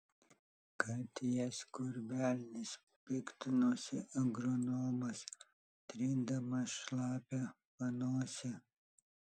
kad jas kur velnias piktinosi agronomas trindamas šlapią panosę